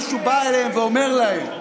אם מישהו בא אליהם ואומר להם: